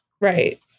Right